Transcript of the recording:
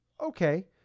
okay